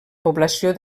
població